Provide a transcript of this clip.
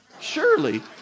Surely